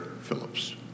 Phillips